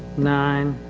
nine,